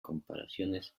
comparaciones